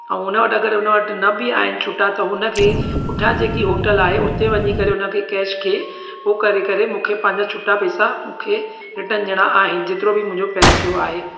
ऐं उन वटि अगरि उन वटि न बि आहिनि छुटा त हुन खे पुठियां जेकी होटल आहे उते वञी करे उन खे कैश खे हो करे करे मूंखे पंहिंजा छुटा पैसा मूंखे रिटर्न ॾियणा आहिनि जेतिरो बि मुंहिंजो फेयर थियो आहे